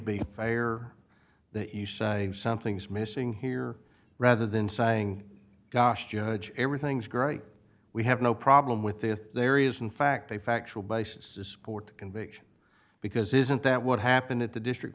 a fire that you say something's missing here rather than saying gosh judge everything's great we have no problem with if there is in fact a factual basis this court conviction because isn't that what happened at the district